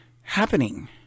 happening